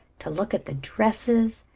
to look at the dresses,